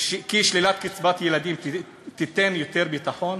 כי שלילת קצבת ילדים תיתן יותר ביטחון?